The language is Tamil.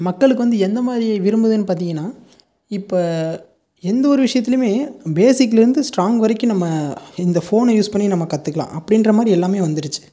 மக்களுக்கு வந்து எந்த மாதிரி விரும்புதுன்னு பார்த்தீங்கனா இப்போ எந்த ஒரு விஷயத்துலையுமே பேசிக்லேருந்து ஸ்ட்ராங் வரைக்கும் நம்ம இந்த ஃபோனை யூஸ் பண்ணி நம்ம கற்றுக்குலாம் அப்படின்ற மாதிரி எல்லாம் வந்துடுச்சி